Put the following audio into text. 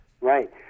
Right